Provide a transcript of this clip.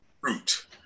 fruit